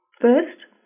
First